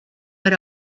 era